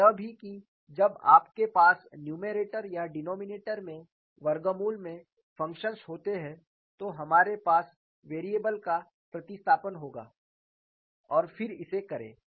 और यह भी कि जब आपके पास नुमेरटर या डिनोमिनेटर में वर्गमूल में फंक्शन्स होते है तो हमारे पास वेरिएबल का प्रतिस्थापन होगा और फिर इसे करें